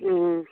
ꯎꯝ